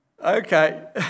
Okay